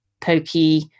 pokey